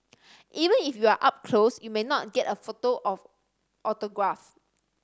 even if you are up close you may not get a photo of autograph